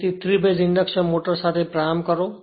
તેથી 3 phase induction motor સાથે પ્રારંભ કરો